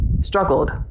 struggled